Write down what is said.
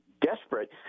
desperate